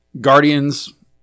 Guardians